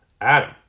adam